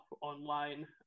online